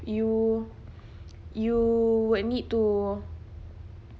you you would need to